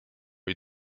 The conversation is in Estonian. või